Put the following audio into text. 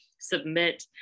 submit